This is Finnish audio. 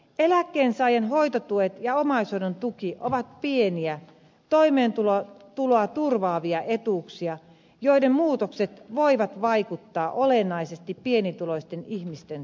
eläkkeensaajan hoitotuet ja omaishoidon tuki ovat pieniä toimeentuloa turvaavia etuuksia joiden muutokset voivat vaikuttaa olennaisesti pienituloisten ihmisten talouteen